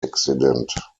accident